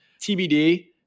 TBD